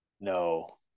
No